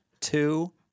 two